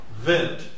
Vent